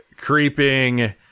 creeping